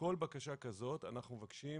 עם כל בקשה כזאת אנחנו מבקשים